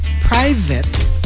private